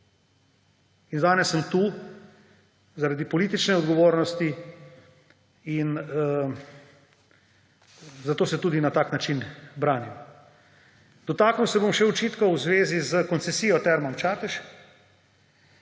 Danes sem tu zaradi politične odgovornosti in zato se tudi na tak način branim. Dotaknil se bom še očitkov v zvezi s koncesijo Termam Čatež.